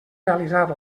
realitzar